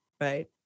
Right